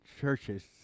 churches